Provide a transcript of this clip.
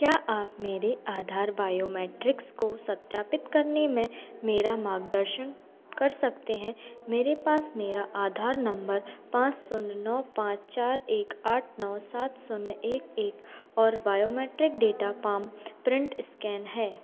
क्या आप मेरे आधार बायोमेट्रिक्स को सत्यापित करने में मेरा मार्गदर्शन कर सकते हैं मेरे पास मेरा आधार नंबर पाँच शून्य नौ पाँच चर एक आठ नौ सात शून्य एक एक और biometric data palm print scan है